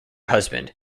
husband